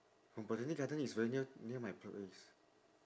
from botanic gardens is very near near my place